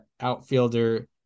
outfielder